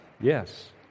Yes